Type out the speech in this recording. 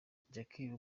jackie